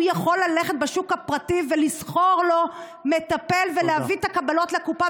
הוא יכול ללכת לשוק הפרטי ולשכור לו מטפל ולהביא את הקבלות לקופה,